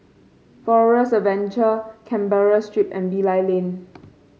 Forest Adventure Canberra Street and Bilal Lane